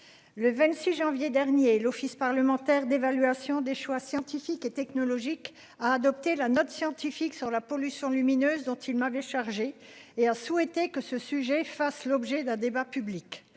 Le 26 janvier dernier, l'Office parlementaire d'évaluation des choix scientifiques et technologiques a adopté la note scientifiques sur la pollution lumineuse dont il m'avait chargé et a souhaité que ce sujet fasse l'objet d'un débat public